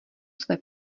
své